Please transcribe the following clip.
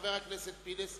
לחבר הכנסת פינס,